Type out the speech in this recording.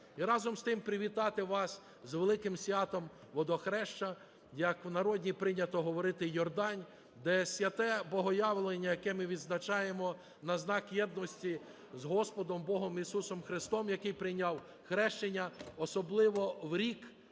І разом з тим привітати вас з великим святом Водохреща, як в народі прийнято говорити - Йордан, де святе Богоявлення, яке ми відзначаємо на знак єдності з Господом Богом Ісусом Христом, який прийняв хрещення, особливо в рік,